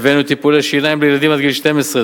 הבאנו טיפולי שיניים לילדים עד גיל 12,